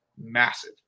massive